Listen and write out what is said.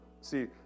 See